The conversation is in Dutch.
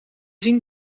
zien